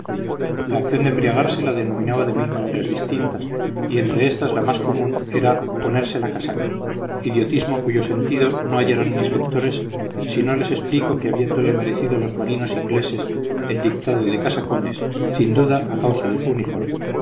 la acción de embriagarse la denominaba de mil maneras distintas y entre éstas la más común era ponerse la casaca idiotismo cuyo sentido no hallarán mis lectores si no les explico que habiéndole merecido los marinos ingleses el dictado de casacones sin duda a causa de su uniforme